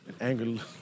Anger